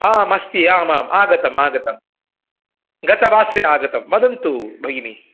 आम् अस्ति आम् आम् आगतम् आगतं गतवासरे आगतं वदन्तु भगिनी